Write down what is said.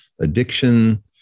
addiction